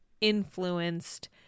influenced